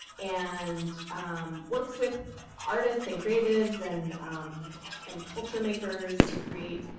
and works with artists and creatives and and culture makers to create